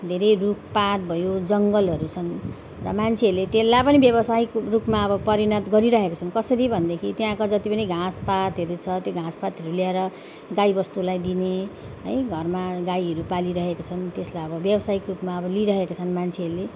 धेरै रुखपात भयो जङ्गलहरू छन् र मान्छेहरूले त्यसलाई पनि व्यावसायिक रूपमा अब परिणत गरिरहेको छन् कसरी भन्दाखेरि त्यहाँको जति पनि घाँसपातहरू छ त्यो घाँसपातहरू ल्याएर गाईबस्तुलाई दिने है घरमा गाईहरू पालिरहेको छन् त्यसलाई अब व्यावसायिक रूपमा अब लिइरहेको छन् मान्छेहरूले